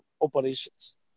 operations